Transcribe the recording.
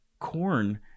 Corn